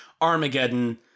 Armageddon